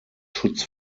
schutz